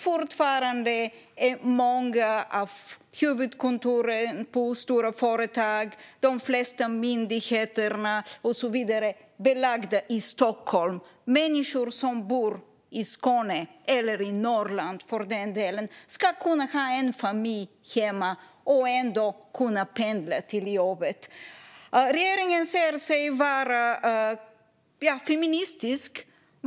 Fortfarande är många av de stora företagens huvudkontor, de flesta myndigheter och så vidare belägna i Stockholm. Människor som bor i Skåne, eller för den delen i Norrland, ska kunna ha familj hemma och ändå kunna pendla till jobbet. Regeringen säger sig vara feministisk.